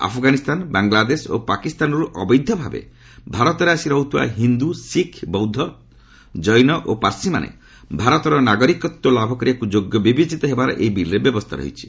ଆଫ୍ଗାନିସ୍ତାନ ବାଙ୍ଗଲାଦେଶ ଓ ପାକିସ୍ତାନରୁ ଅବୈଧ ଭାବେ ଭାରତରେ ଆସି ରହୁଥିବା ହିନ୍ଦୁ ଶିଖ୍ ବୌଦ୍ଧ ଧର୍ମାବଲୟି ଜୈନ ଓ ପାର୍ସିମାନେ ଭାରତର ନାଗରିକତ୍ୱ ଲାଭ କରିବାକୁ ଯୋଗ୍ୟ ବିବେଚିତ ହେବାର ଏହି ବିଲ୍ରେ ବ୍ୟବସ୍ଥା ରହିଛି